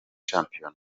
shampiyona